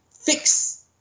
fix